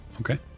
Okay